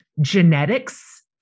genetics